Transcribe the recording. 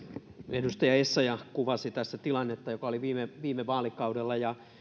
edustaja essayah kuvasi tässä tilannetta joka oli viime viime vaalikaudella